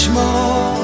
more